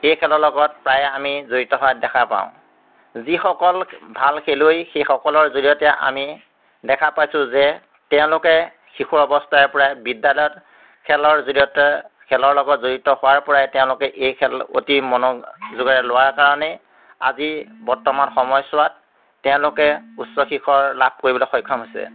এই খেলৰ লগত প্ৰায়ে আমি জড়িত হোৱা দেখা পাওঁ যিসকল ভাল খেলুৱৈ সেইসকলৰ জৰিয়তে আমি দেখা পাইছোঁ যে তেওঁলোকে শিশুৰ অৱস্থাৰপৰাই বিদ্যালয়ত খেলৰ জৰিয়তে খেলৰ লগত জড়িত হোৱাৰপৰাই তেওঁলোকে এই খেল অতি মনোযোগেৰে লোৱাৰ কাৰণেই আজি বৰ্তমান সময়ছোৱাত তেওঁলোকে উচ্চ শীৰ্ষৰ লাভ কৰিবলৈ সক্ষম হৈছে